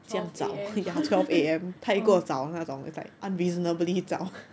twelve am oh